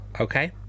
okay